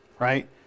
Right